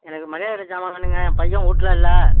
எனக்கு மளிகைக்கட ஜாமான் வேணுங்க பையன் வீட்ல இல்லை